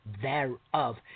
thereof